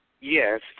Yes